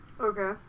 Okay